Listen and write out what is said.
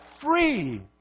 free